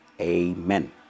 Amen